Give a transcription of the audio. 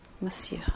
Monsieur